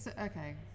Okay